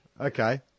Okay